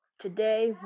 today